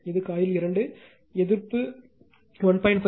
இது coiL2 எதிர்ப்பு 1